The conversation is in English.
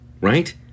right